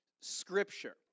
scripture